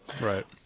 Right